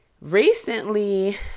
recently